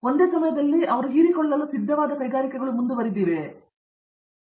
ಒಂದೇ ಸಮಯದಲ್ಲಿ ಅವರು ಹೀರಿಕೊಳ್ಳಲು ಸಿದ್ಧವಾದ ಕೈಗಾರಿಕೆಗಳು ಮುಂದುವರೆದಿದ್ದರೂ ಸಹ ಅವುಗಳು ಎಲ್ಲಿವೆ